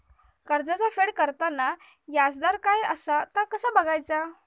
कर्जाचा फेड करताना याजदर काय असा ता कसा बगायचा?